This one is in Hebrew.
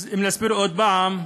אז אם נסביר עוד פעם,